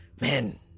Man